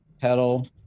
pedal